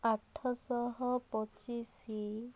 ଆଠଶହ ପଚିଶ